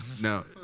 No